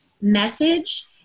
message